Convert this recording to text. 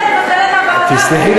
תסלחי לי,